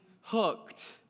hooked